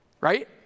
right